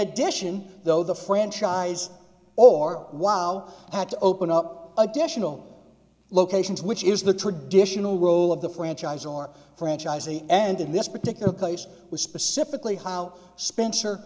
addition though the franchise or while had to open up additional locations which is the traditional role of the franchise or franchisee and in this particular case was specifically how spencer